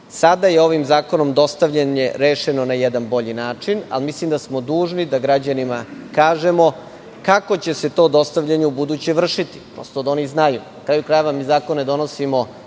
je ovim zakonom dostavljanje rešeno na jedan bolji način, ali mislim da smo dužni da građanima kažemo kako će se to dostavljanje ubuduće vršiti, odnosno da oni znaju. Na kraju krajeva, mi zakone donosimo